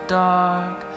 dark